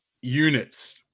units